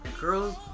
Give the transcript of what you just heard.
girls